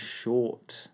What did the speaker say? short